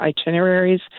itineraries